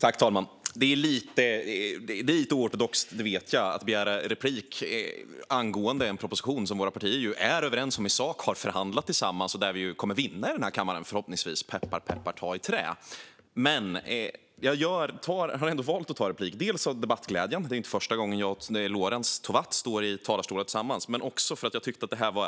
Fru talman! Jag vet att det är lite oortodoxt att begära replik angående en proposition som våra partier ju är överens om i sak, har förhandlat fram tillsammans och där vi förhoppningsvis kommer att vinna i den här kammaren - peppar, peppar, ta i trä. Men jag har ändå valt att begära replik. Jag har gjort det av debattglädje - det är inte första gången som jag och Lorentz Tovatt står i talarstolar tillsammans - men också för att jag tyckte att det var